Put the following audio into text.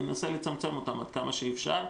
אני מנסה לצמצם אותם עד כמה שאפשר.